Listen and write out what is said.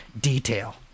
detail